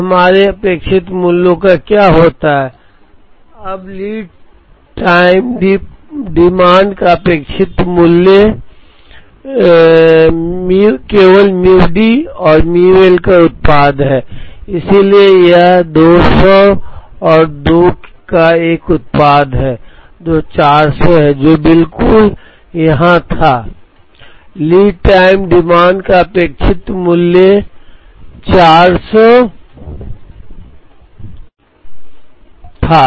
अब हमारे अपेक्षित मूल्यों का क्या होता है अब लीड टाइम डिमांड का अपेक्षित मूल्य केवल μD और μ Lका उत्पाद है इसलिए यह 200 और 2 का एक उत्पाद है जो 400 है जो बिल्कुल यहाँ था लीड टाइम डिमांड का अपेक्षित मूल्य 400 था